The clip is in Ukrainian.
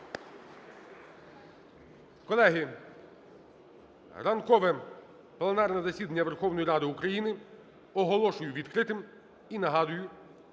Колеги, ранкове пленарне засідання Верховної Ради України оголошую відкритим. І нагадую,